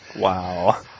Wow